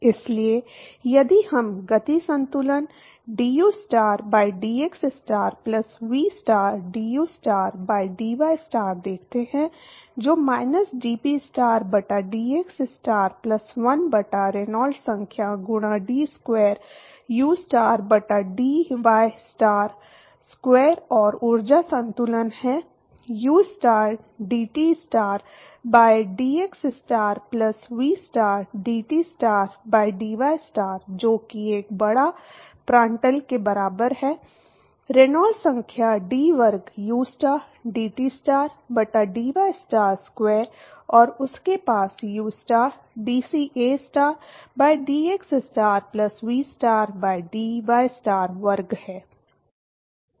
इसलिए यदि हम गति संतुलन dustar by DX star plus V star dustar by dystar देखते हैं जो माइनस डीपीस्टार बटा डीएक्सस्टार प्लस 1 बटा रेनॉल्ड्स संख्या गुणा डी स्क्वायर ustar बटा डी वाईस्टार स्क्वायर और ऊर्जा संतुलन है ustar DT star by DX star plus V star dTstar by dystar जो कि 1 बटा प्रांड्ल के बराबर है रेनॉल्ड्स संख्या d वर्ग ustar dTstar बटा dystar स्क्वायर और आपके पास ustar dCAstar by dxstar plus vstar by dystar वर्ग है